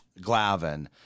Glavin